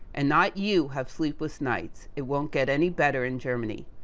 and not you have sleepless nights, it won't get any better in germany.